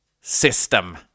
system